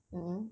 mmhmm